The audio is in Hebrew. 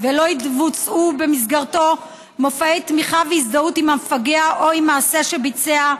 ולא יבוצעו במסגרתו מופעי תמיכה והזדהות עם המפגע או עם מעשה שביצע,